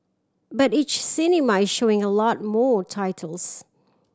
but each cinema is showing a lot more titles